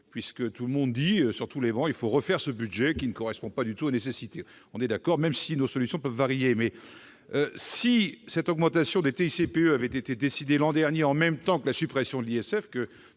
Tout le monde dit, sur l'ensemble des travées, qu'il faut refaire ce budget qui ne correspond pas du tout aux nécessités. On est d'accord, même si nos solutions peuvent varier. Si cette augmentation de la TICPE avait été décidée l'an dernier en même temps que la suppression de l'ISF,